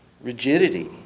rigidity